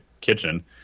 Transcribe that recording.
kitchen